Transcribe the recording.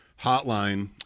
hotline